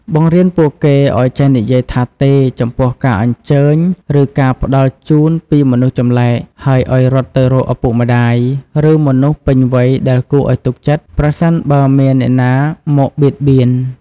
បង្រៀនពួកគេឲ្យចេះនិយាយថា ទេ ចំពោះការអញ្ជើញ ឬការផ្តល់ជូនពីមនុស្សចម្លែក ហើយឲ្យរត់ទៅរកឪពុកម្តាយ ឬមនុស្សពេញវ័យដែលគួរឲ្យទុកចិត្ត ប្រសិនបើមានអ្នកណាមកបៀតបៀន។